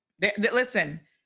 Listen